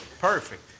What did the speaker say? Perfect